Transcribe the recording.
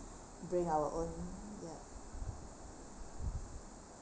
do it our own ya